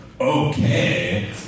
okay